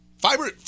Fiber